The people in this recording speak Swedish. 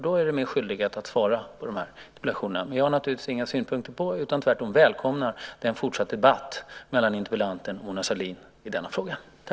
Då är det min skyldighet att svara på de här interpellationerna. Jag har naturligtvis inga synpunkter på, utan välkomnar tvärtom, en fortsatt debatt mellan interpellanten och Mona Sahlin i denna fråga.